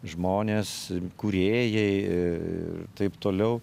žmonės kūrėjai ir taip toliau